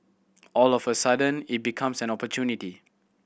all of a sudden it becomes an opportunity